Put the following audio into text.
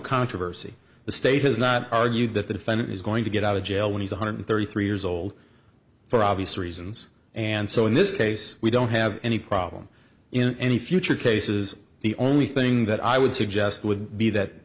controversy the state has not argued that the defendant is going to get out of jail when he's one hundred thirty three years old for obvious reasons and so in this case we don't have any problem in any future cases the only thing that i would suggest would be that